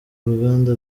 uruganda